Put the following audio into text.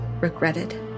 regretted